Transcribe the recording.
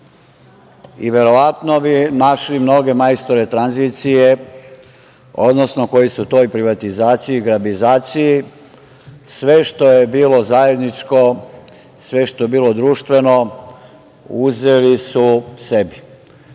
i verovatno bi našli mnoge majstore tranzicije, odnosno koji su u toj privatizaciji, grabizaciji sve što je bilo zajedničko, sve što je bilo društveno uzeli sebi.